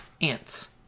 Ants